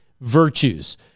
virtues